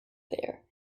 there